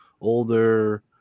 older